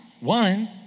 One